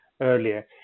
earlier